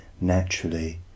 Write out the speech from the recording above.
naturally